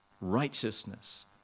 righteousness